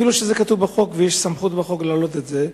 אפילו שזה כתוב ויש סמכות בחוק להעלות את זה,